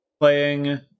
playing